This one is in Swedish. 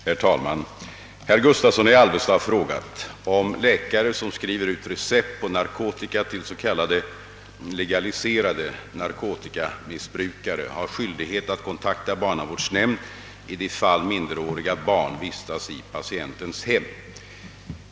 Herr talman! Herr Gustavsson i Alvesta har frågat, om läkare, som skriver ut recept på narkotika till s.k. legaliserade narkotikamissbrukare, har skyldighet att kontakta barnavårdsnämnd i de fall minderåriga barn vistas i patientens hem.